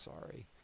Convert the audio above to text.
sorry